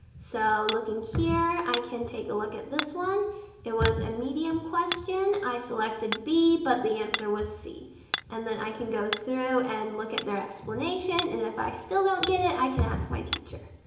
so looking here i can take a look at this one it was a medium question, i selected b, but the answer was c and then i can go through and look at their explanation and if i still don't get it, i can ask my teacher.